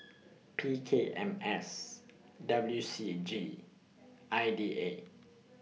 P K M S W C G I D A